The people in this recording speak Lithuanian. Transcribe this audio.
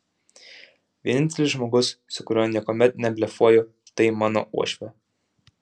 vienintelis žmogus su kuriuo niekuomet neblefuoju tai mano uošvė